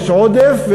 יש עודף,